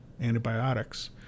antibiotics